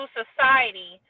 society